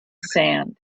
sand